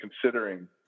considering